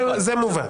זה מובן.